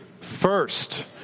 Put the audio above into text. First